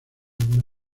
una